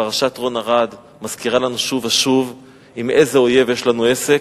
פרשת רון ארד מזכירה לנו שוב ושוב עם איזה אויב יש לנו עסק,